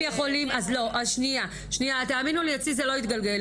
מתגלגל --- תאמינו לי, אצלי זה לא יתגלגל.